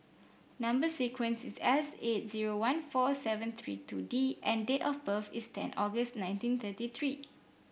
number sequence is S eight zero one four seven three two D and date of birth is ten August nineteen thirty three